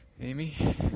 Amy